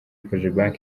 cogebanque